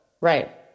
Right